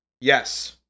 yes